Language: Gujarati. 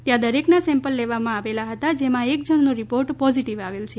ત્યાં દરેકના સેમ્પલ લેવામાં આવેલ હતા જેમાં એક જણનો રિપોર્ટ પોઝિટિવ આવેલ છે